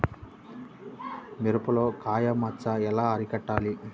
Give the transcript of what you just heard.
మిరపలో కాయ మచ్చ ఎలా అరికట్టాలి?